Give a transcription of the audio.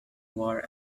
war